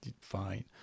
fine